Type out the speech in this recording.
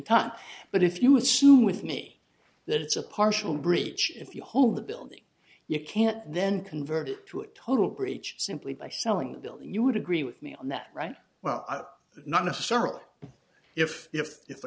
time but if you assume with me that it's a partial breach if you hold the building you can't then convert it to a total breach simply by selling the building you would agree with me on that right well not necessarily if